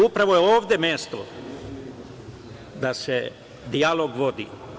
Upravo je ovde mesto da se dijalog vodi.